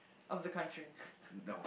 of the country